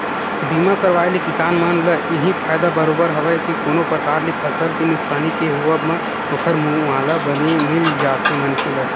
बीमा करवाय ले किसान मन ल इहीं फायदा बरोबर हवय के कोनो परकार ले फसल के नुकसानी के होवब म ओखर मुवाला बने मिल जाथे मनखे ला